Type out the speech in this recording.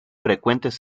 frecuentes